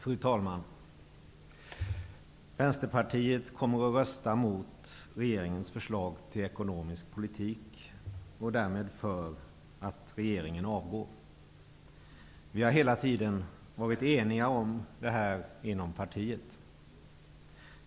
Fru talman! Vänsterpartiet kommer att rösta mot regeringens förslag till ekonomisk politik, och därmed för att regeringen avgår. Vi har hela tiden varit eniga om detta inom partiet.